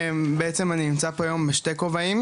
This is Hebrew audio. בעצם אני נמצא פה היום בשני כובעים,